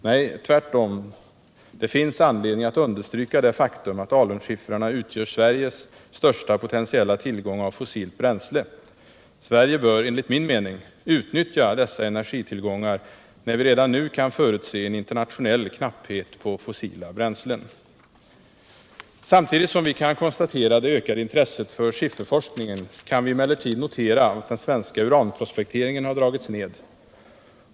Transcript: Det finns tvärtom anledning att understryka att alunskiffrarna utgör Sveriges största potentiella tillgång av fossilt bränsle. Sverige bör enligt min mening utnyttja dessa energitillgångar när vi redan nu kan förutse en internationell knapphet på fossila bränslen. Samtidigt som vi kan konstatera det ökade intresset för skifferforskningen kan vi emellertid notera att den svenska uranprospekteringen har dragits ned.